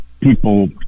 people